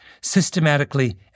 systematically